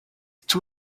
too